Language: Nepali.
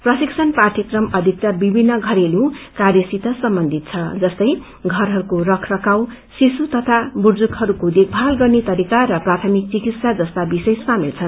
प्रशिक्षण पाठयक्रम अधिक्तर विभिन्न घरेलू कार्यसित सम्बन्धित छ जस्तै घरहरूको रख रखाउ ब्रिशु तथा बुजुर्गहरूको देखभाल गर्ने तरिका र प्राथमिक चिकित्सा जस्ता विषय सामेल छ